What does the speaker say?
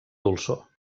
dolçor